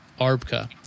ARBCA